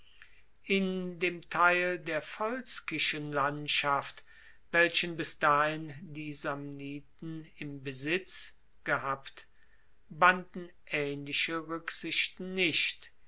in dem teil der volskischen landschaft welchen bis dahin die samniten im besitz gehabt banden aehnliche ruecksichten nicht